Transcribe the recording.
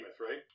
right